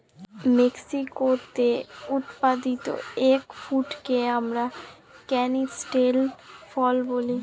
মেক্সিকোতে উৎপাদিত এগ ফ্রুটকে আমরা ক্যানিস্টেল ফল বলি